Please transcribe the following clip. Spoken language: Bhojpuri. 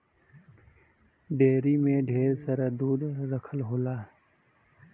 डेयरी में ढेर सारा दूध रखल होला